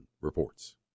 reports